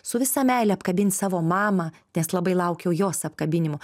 su visa meile apkabink savo mamą nes labai laukiau jos apkabinimo